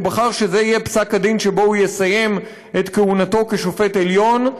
הוא בחר שזה יהיה פסק הדין שבו הוא יסיים את כהונתו כשופט עליון.